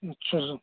اچھا سر